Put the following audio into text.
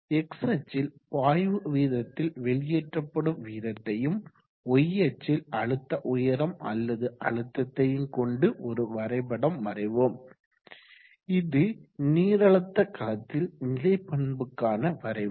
X அச்சில் பாய்வு வீதத்தில் வெளியேற்றப்படும் வீதத்தையும் Y அச்சில் அழுத்த உயரம் அல்லது அழுத்தத்தையும் கொண்டு ஒரு வரைபடம் வரைவோம் இது நீரழுத்த களத்தில் நிலை பண்புக்கான வரைவு